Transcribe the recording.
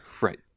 Right